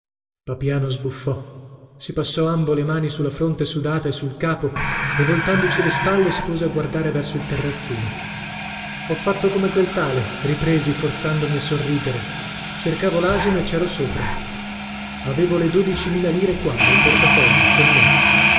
papiano sbuffò si passò ambo le mani su la fronte sudata e sul capo e voltandoci le spalle si pose a guardare verso il terrazzino ho fatto come quel tale ripresi forzandomi a sorridere cercavo lasino e cero sopra avevo le dodici mila lire qua nel portafogli con me